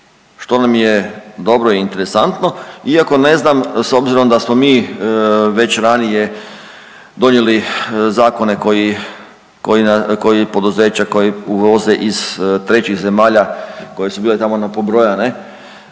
Što nam je dobro i interesantno iako ne znam s obzirom da smo mi već ranije donijeli zakone koji, koji poduzeća koji uvoze iz trećih zemalja koje su bile tamo pobrojane